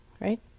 right